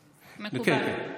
מקובל.